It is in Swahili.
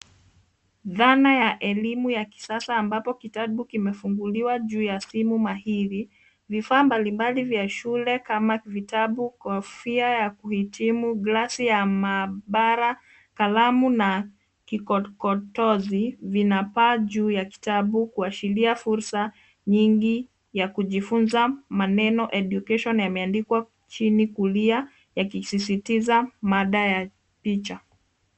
Dhana ya elimu ya kisasa ambapo kitabu kimefunguliwa juu ya simu mahiri. Vifaa mbalimbali vya shule kama vitabu, kofia ya kuhitimu, glasi ya maabara, kalamu na kikokotozi, vinapaa juu ya kitabu kuashiria fursa nyingi ya kujifunza. Maneno education yameandikwa chini kulia, yakisisitiza mada ya picha.